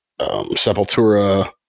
Sepultura